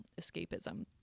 escapism